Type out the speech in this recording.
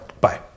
bye